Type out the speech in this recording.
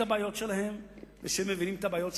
הבעיות שלהם והם מבינים את הבעיות שלנו.